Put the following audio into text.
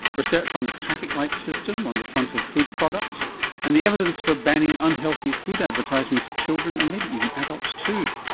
research on the traffic light system on the front of food products and the evidence for banning unhealthy food advertising to children and maybe even adults too.